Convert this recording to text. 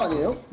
ah you